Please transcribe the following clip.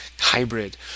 hybrid